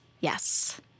Yes